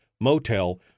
motel